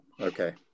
okay